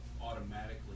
automatically